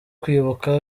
kwibuka